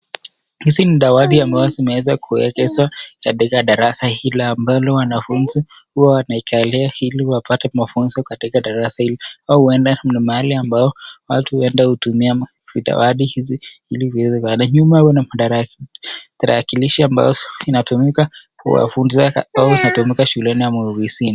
Hizi ni dawati ambazo zimeweza kuwekezwa hilo, ambapo wanafunzi, huwa wanakalia ili wapate mafunzo katika darasa, au huenda ni mahali ambapo watu huenda kutumia madawati , nyuma yake naona tarakilishi ambayo inatumika kuwatunza au hutumika shuleni au ofisini.